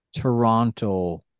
Toronto